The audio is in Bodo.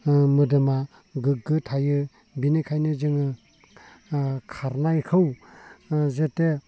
मोदोमा गोग्गो थायो बिनिखायनो जोङो खारनायखौ जेते